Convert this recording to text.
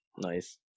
Nice